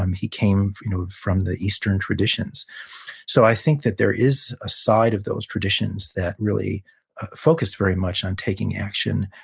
um he came you know from the eastern traditions so, i think that there is a side of those traditions that really focus very much on taking action,